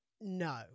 No